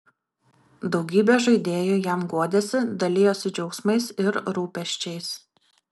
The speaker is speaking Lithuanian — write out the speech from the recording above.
daugybė žaidėjų jam guodėsi dalijosi džiaugsmais ir rūpesčiais